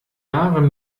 jahren